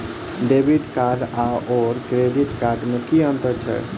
Debit card आओर credit card मे की अन्तर छैक?